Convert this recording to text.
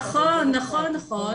נכון נכון,